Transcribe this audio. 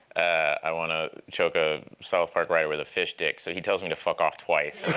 i want to choke a south park writer with a fish dick. so he tells me to fuck off twice.